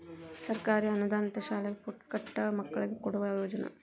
ಸರ್ಕಾರಿ ಅನುದಾನಿತ ಶಾಲ್ಯಾಗ ಪುಕ್ಕಟ ಮಕ್ಕಳಿಗೆ ಕೊಡುವ ಯೋಜನಾ